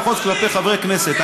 לפחות כלפי חברי כנסת.